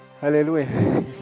Hallelujah